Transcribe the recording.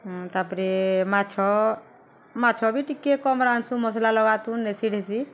ତା'ପରେ ମାଛ ମାଛ ବି ଟିକେ କମ୍ ରାନ୍ଧ୍ସୁ ମସ୍ଲା ଲଗା ତୁନ୍ ଏସିଡ଼୍ ହେସି